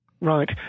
Right